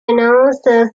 announcers